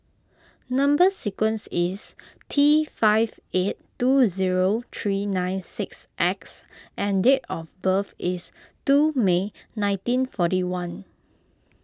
Number Sequence is T five eight two zero three nine six X and date of birth is two May nineteen forty one